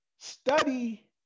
Study